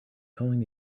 calling